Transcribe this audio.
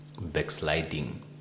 backsliding